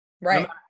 Right